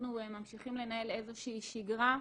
אנחנו ממשיכים לנהל איזושהי שגרה.